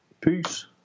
Peace